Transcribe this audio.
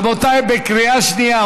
רבותיי, בקריאה שנייה.